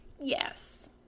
Yes